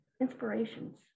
inspirations